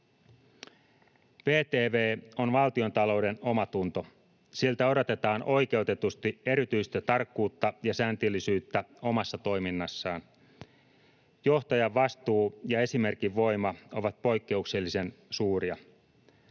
VTV on valtiontalouden omatunto. Siltä odotetaan oikeutetusti erityistä tarkkuutta ja säntillisyyttä omassa toiminnassaan. Johtajan vastuu ja esimerkin voima ovat poikkeuksellisen suuria.